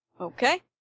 Okay